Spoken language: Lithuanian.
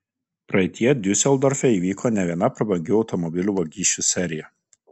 praeityje diuseldorfe įvyko ne viena prabangių automobilių vagysčių serija